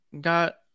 got